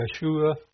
Yeshua